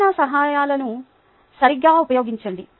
బోధనా సహాయాలను సరిగ్గా ఉపయోగించండి